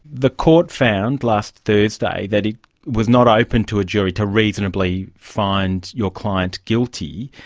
the court found, last thursday, that it was not open to a jury to reasonably find your client guilty.